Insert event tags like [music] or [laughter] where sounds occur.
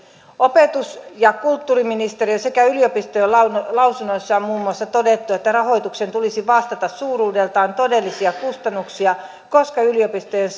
opetus ja kulttuuriministeriön sekä yliopistojen lausunnoissa lausunnoissa on muun muassa todettu että rahoituksen tulisi vastata suuruudeltaan todellisia kustannuksia koska yliopistojen [unintelligible]